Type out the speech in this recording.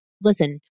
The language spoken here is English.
listen